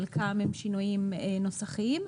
חלקם הם שינויים נוסחיים,